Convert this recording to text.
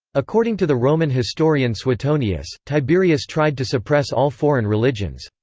according to the roman historian suetonius, tiberius tried to suppress all foreign religions.